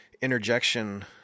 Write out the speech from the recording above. interjection –